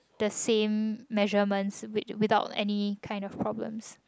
the same measurements with~ without any kind of problems